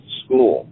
school